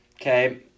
Okay